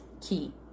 key